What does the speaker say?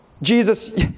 Jesus